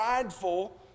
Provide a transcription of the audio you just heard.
prideful